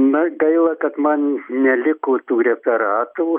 na gaila kad man neliko tų referatų